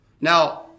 Now